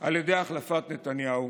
על ידי החלפת נתניהו